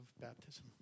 baptism